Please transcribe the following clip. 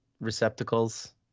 receptacles